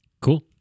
Cool